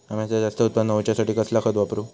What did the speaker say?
अम्याचा जास्त उत्पन्न होवचासाठी कसला खत वापरू?